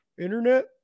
Internet